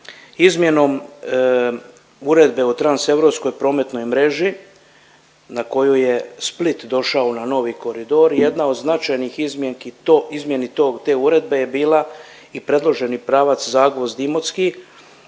izmjenom Uredbe o transeuropskoj prometnoj mreži na kojoj je Split došao na novi koridor jedna od značajnih izmjeni te uredbe je bila i predloženi pravac Zagvozd – Imotski